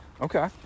Okay